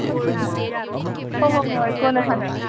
ꯍꯣꯏ ꯍꯣꯏ ꯆꯤꯆꯦ ꯍꯣ ꯍꯣꯏ ꯍꯣꯏ ꯀꯣꯟꯅ ꯁꯥꯟꯅꯔꯁꯦ